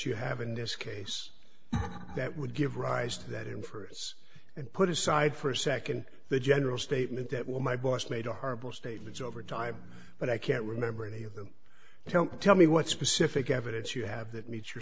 you have in this case that would give rise to that inference and put aside for a nd the general statement that well my boss made our statements over time but i can't remember any of the tell tell me what specific evidence you have that meets your